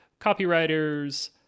copywriters